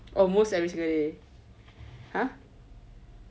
almost every single day !huh!